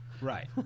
Right